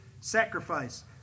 sacrifice